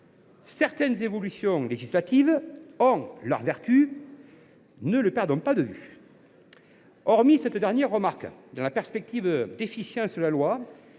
Certaines évolutions législatives ont leur vertu, ne le perdons pas de vue. Hormis cette dernière remarque, dans la perspective d’une plus grande efficience de la loi,